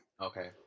Okay